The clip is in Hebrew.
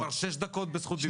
אתה כבר 6 דקות בזכות דיבור.